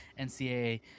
NCAA